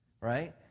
right